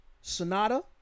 Sonata